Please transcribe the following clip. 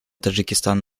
таджикистан